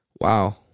Wow